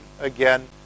again